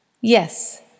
Yes